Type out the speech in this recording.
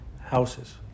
houses